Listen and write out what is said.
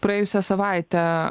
praėjusią savaitę